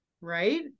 right